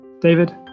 David